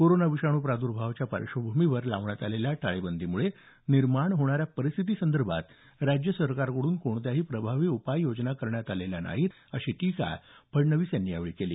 corona विषाणू प्रादुर्भावाच्या पार्श्वभूमीवर लावण्यात आलेल्या टाळेबंदीमुळे निर्माण होणाऱ्या परिस्थितीसंदर्भात राज्य सरकारकडून कोणत्याही प्रभावी उपाययोजना करण्यात आलेल्या नाहीत अशी टीका फडणवीस यांनी यावेळी केली